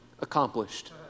accomplished